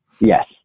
Yes